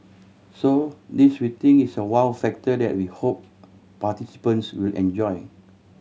so this we think is a wow factor that we hope participants will enjoy